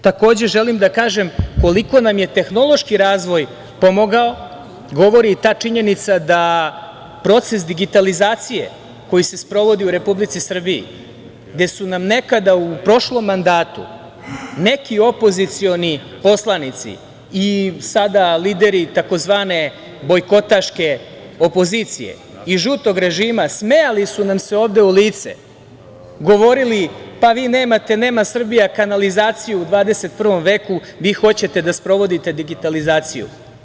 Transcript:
Takođe, želim da kažem koliko nam je tehnološki razvoj pomogao govori i ta činjenica da proces digitalizacije koji se sprovodi u Republici Srbiji, gde su nam nekada u prošlom mandatu neki opozicioni poslanici i sada lideri, tzv. bojkotaške opozicije i žutog režima, smejali su nam se ovde u lice, govorili – pa, Srbija nema kanalizaciju u 21. veku vi hoćete da sprovodite digitalizaciju.